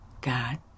God